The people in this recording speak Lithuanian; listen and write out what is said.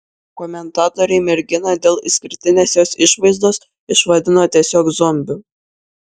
komentatoriai merginą dėl išskirtinės jos išvaizdos išvadino tiesiog zombiu